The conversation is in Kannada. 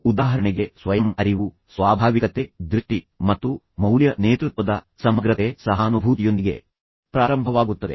ಉದಾಹರಣೆಗೆ ಅವಳು ಸ್ವಯಂ ಅರಿವು ಸ್ವಾಭಾವಿಕತೆ ದೃಷ್ಟಿ ಮತ್ತು ಮೌಲ್ಯ ನೇತೃತ್ವದ ಸಮಗ್ರತೆ ಸಹಾನುಭೂತಿಯೊಂದಿಗೆ ಪ್ರಾರಂಭವಾಗುತ್ತದೆ